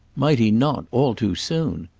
might he not all too soon!